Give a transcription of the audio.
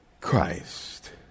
Christ